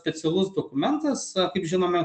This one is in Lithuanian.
specialus dokumentas kaip žinome